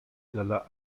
dalla